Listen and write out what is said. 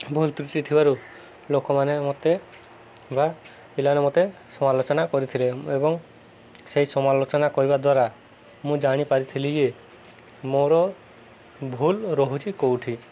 ଭୁଲ ତୃଟି ଥିବାରୁ ଲୋକମାନେ ମତେ ବା ପିଲାମାନେ ମତେ ସମାଲୋଚନା କରିଥିଲେ ଏବଂ ସେଇ ସମାଲୋଚନା କରିବା ଦ୍ୱାରା ମୁଁ ଜାଣିପାରିଥିଲି ଯେ ମୋର ଭୁଲ ରହୁଛି କେଉଁଠି